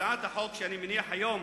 הצעת החוק שאני מניח היום